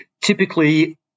Typically